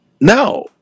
no